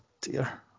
dear